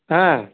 হ্যাঁ